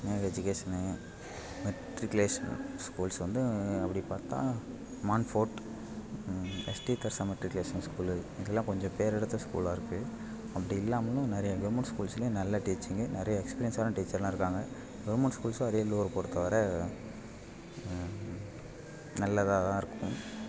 Vinayaka education matriculation schools வந்து அப்படி பார்த்தா மான்ஃபோர்ட் எஸ்டி கர்ஷா மெட்ரிகுலேஷன் ஸ்கூலு இங்கேலாம் கொஞ்சம் பேரெடுத்த ஸ்கூலாக இருக்குது அப்படி இல்லாமலும் நிறைய கவெர்மெண்ட் ஸ்கூல்ஸ்லியும் நல்ல டீச்சிங்கு நிறைய எக்ஸ்பீரியன்ஸான டீச்சர்லாம் இருக்காங்க கவர்மெண்ட் ஸ்கூல்ஸும் அரியலூரை பொறுத்த வரை நல்லதாக தான் இருக்கும்